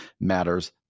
matters